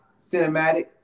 cinematic